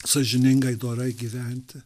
sąžiningai dorai gyventi